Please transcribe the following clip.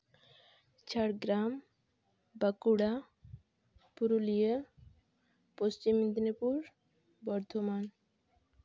Jhargram Bankura Purulia Paschim Medinipur Bardhaman